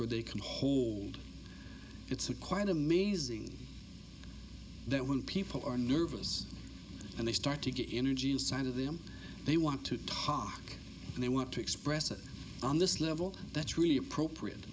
where they can hold it's a quite amazing that when people are nervous and they start to get energy inside of them they want to talk and they want to express it on this level that's really